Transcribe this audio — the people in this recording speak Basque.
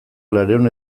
laurehun